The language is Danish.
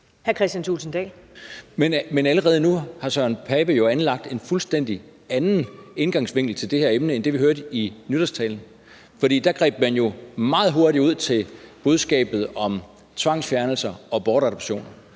Men allerede nu har hr. Søren Pape Poulsen jo anlagt en fuldstændig anden indgangsvinkel til det her emne end det, vi hørte i nytårstalen. Der greb man meget hurtigt til budskabet om tvangsfjernelser og bortadoptioner.